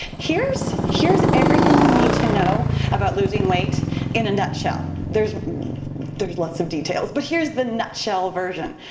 here's here's everything you need to know about losing weight in a nutshell. there's there's lots of details but here's the nutshell version.